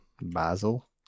Basil